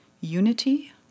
unity